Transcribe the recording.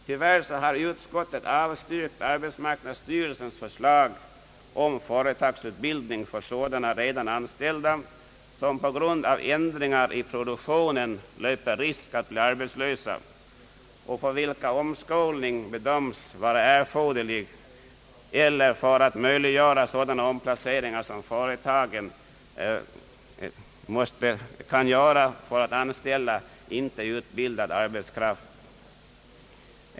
Tyvärr har utskottet avstyrkt arbetsmarknadsstyrelsens förslag om företagsutbildning för sådana redan anställda som på grund av ändringar i produktionen löper risk att bli arbetslösa och för vilka omskolning bedöms erforderlig för att möjliggöra sådana omplaceringar inom företagen att man kan nyrekrytera inte utbildad arbetskraft.